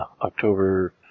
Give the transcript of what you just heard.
October